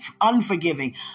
unforgiving